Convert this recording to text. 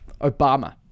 Obama